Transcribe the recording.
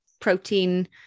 protein